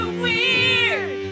weird